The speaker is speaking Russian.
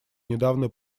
недавно